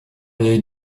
jej